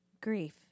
grief